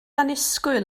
annisgwyl